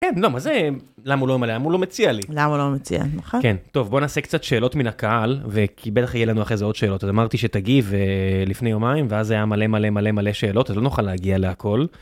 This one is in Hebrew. כן, לא, מה זה, למה הוא לא ממלא, הוא לא מציע לי. למה הוא לא מציע, נכון. כן, טוב, בוא נעשה קצת שאלות מן הקהל, וכי בטח יהיה לנו אחרי זה עוד שאלות. אז אמרתי שתגיעי לפני יומיים, ואז היה מלא מלא מלא מלא שאלות, אז לא נוכל להגיע להכל.